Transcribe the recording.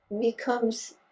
becomes